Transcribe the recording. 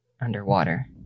underwater